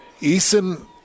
Eason